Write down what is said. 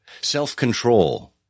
self-control